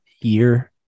year